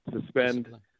suspend